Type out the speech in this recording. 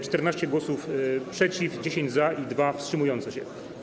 14 głosów było przeciw, 10 - za i 2 wstrzymujące się.